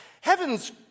Heaven's